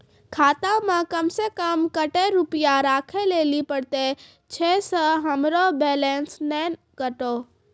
खाता मे कम सें कम कत्ते रुपैया राखै लेली परतै, छै सें हमरो बैलेंस नैन कतो?